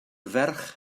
ferch